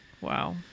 Wow